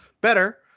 better